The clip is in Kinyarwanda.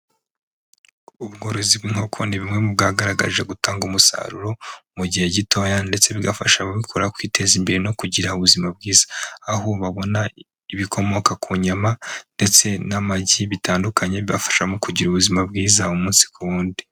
Ubworozi bw'inkoko, ni bumwe mu bwagaragaje gutanga umusaruro mu gihe gitoya, ndetse bigafasha ababikora kwiteza imbere no kugira ubuzima bwiza, aho babona ibikomoka ku nyama ndetse n'amagi bitandukanye, bibafasha kugira ubuzima bwiza umunsi ku wundi.